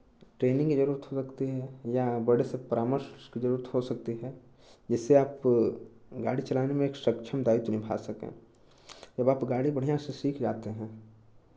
training की ज़रूरत हो सकती है या बड़े से परामर्श की ज़रूरत हो सकती है जिससे आप गाड़ी चलाने में एक सक्षम दायित्व निभा सकें जब आप गाड़ी बढ़ियाँ से सीख जाते हैं